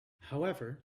however